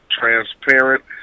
transparent